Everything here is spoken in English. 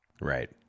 Right